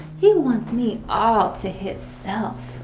he wants me all to his self.